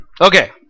Okay